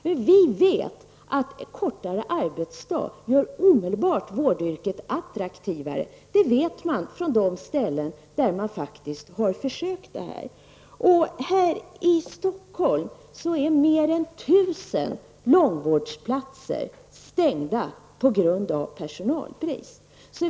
Men kortare arbetsdag gör vårdyrket attraktivare omedelbart; det vet man från de ställen där man faktiskt har försökt med kortare arbetsdag. Här i Stockholm är mer än 1 000 långvårdsplatser stängda på grund av personalbrist.